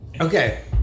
Okay